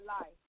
life